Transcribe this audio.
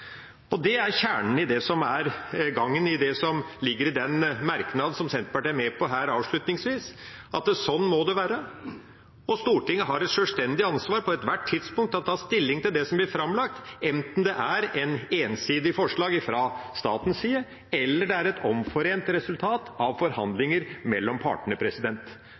Det er kjernen i det som er gangen i det som ligger i den merknaden som Senterpartiet er med på her avslutningsvis, at sånn må det være. Og Stortinget har et sjølstendig ansvar for på ethvert tidspunkt å ta stilling til det som blir framlagt, enten det er et ensidig forslag fra statens side, eller det er et omforent resultat av forhandlinger mellom partene.